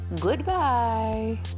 goodbye